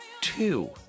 two